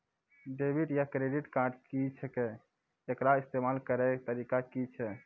Debit या credit card की छियै? एकर इस्तेमाल करैक तरीका की छियै?